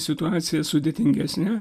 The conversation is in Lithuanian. situacija sudėtingesnė